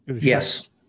yes